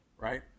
right